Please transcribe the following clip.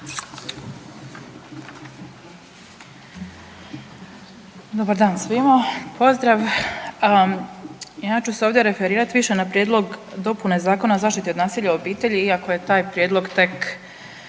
Dobar dan svima, pozdrav. Ja ću se ovdje referirati više na prijedlog dopune Zakona o zaštiti nasilja u obitelji iako je taj prijedlog tek